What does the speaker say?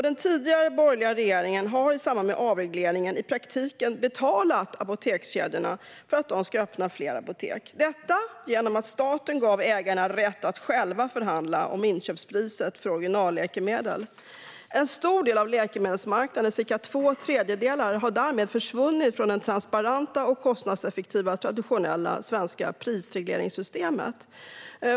Den tidigare borgerliga regeringen betalade i samband med avregleringen i praktiken apotekskedjorna för att de skulle öppna fler apotek. Detta skedde genom att staten gav ägarna rätt att själva förhandla om inköpspriset för originalläkemedel. En stor del av läkemedelsmarknaden - cirka två tredjedelar - har därmed försvunnit från det transparenta och kostnadseffektiva traditionella svenska prisregleringssystemet.